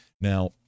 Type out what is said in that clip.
Now